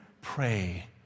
pray